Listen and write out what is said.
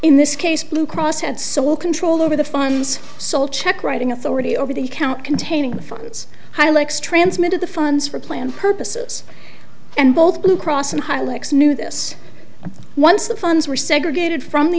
in this case blue cross had sole control over the funds sole check writing authority over the account containing the funds highlights transmitted the funds for planned purposes and both blue cross and highlights knew this once the funds were segregated from the